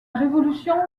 révolution